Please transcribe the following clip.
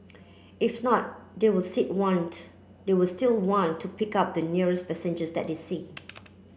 if not they will still want they will still want to pick up the nearest passenger that they see